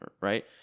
Right